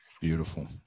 Beautiful